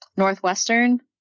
Northwestern